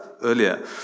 earlier